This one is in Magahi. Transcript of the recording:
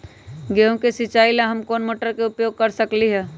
गेंहू के सिचाई ला हम कोंन मोटर के उपयोग कर सकली ह?